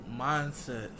mindset